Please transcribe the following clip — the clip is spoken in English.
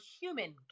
human